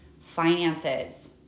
finances